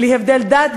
בלי הבדל דת,